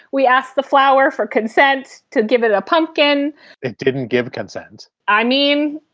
we asked the flower for consent to give it a pumpkin it didn't give consent. i mean,